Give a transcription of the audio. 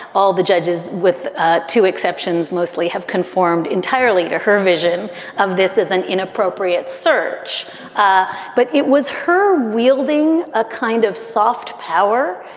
all the judges, with ah two exceptions, mostly have conformed entirely to her vision of this as an inappropriate search but it was her wielding a kind of soft power,